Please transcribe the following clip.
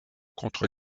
contre